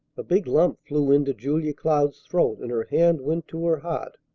a big lump flew into julia cloud's throat, and her hand went to her heart.